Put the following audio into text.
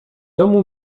domu